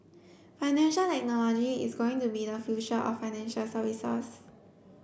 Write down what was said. financial technology is going to be the future of financial services